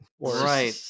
Right